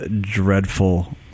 dreadful